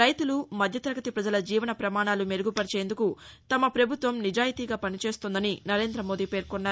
రైతులు మధ్యతరగతి పజల జీవన పమాణాలు మెరుగుపర్చేందుకు తమ పభుత్వం నిజాయితీగా పనిచేస్తోందని నరేంద్రమోదీ పేర్కొన్నారు